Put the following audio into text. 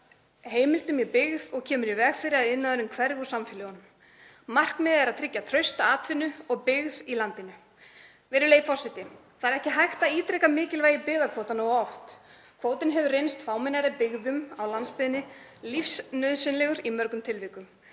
heimildum í byggð og kemur í veg fyrir að iðnaðurinn hverfi úr samfélögunum. Markmiðið er að tryggja trausta atvinnu og byggð í landinu. Virðulegi forseti. Það er ekki hægt að ítreka mikilvægi byggðakvótans nógu oft. Kvótinn hefur reynst fámennari byggðum á landsbyggðinni lífsnauðsynlegur í mörgum tilvikum,